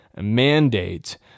mandate